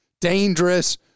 dangerous